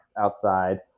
outside